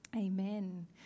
amen